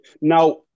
now